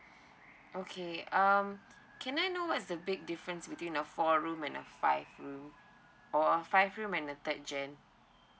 okay um can I know what's the big difference between a four room and a five or five room and the third gen